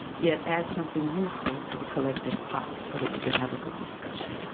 yet add something useful to the collective pot, so that we can have a good discussion.